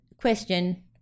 question